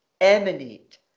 emanate